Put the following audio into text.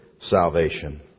salvation